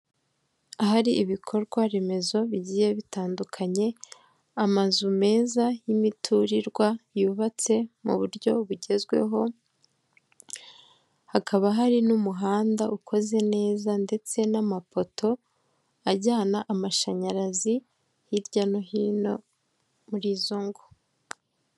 Ahari ibikorwa remezo bigiye bitandukanye, amazu meza y'imiturirwa yubatse mu buryo bugezweho, hakaba hari n'umuhanda ukoze neza ndetse n'amapoto ajyana amashanyarazi hirya no hino mur’izo ngo.